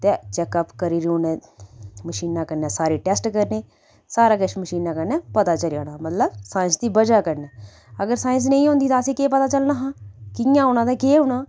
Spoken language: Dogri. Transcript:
ते चैकअप करियै उनें मशीनें कन्नै सारे टैस्ट करने सारा किस मशीने कन्नै पता चली जाना मतलब साईंस दी बजह् कन्नै अगर साईंस नेईं होंदी ही तां असें केह् पता चलना हा कि'यां होना ते केह् होना